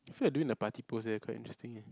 I feel like doing the party post eh quite interesting eh